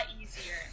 easier